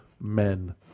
men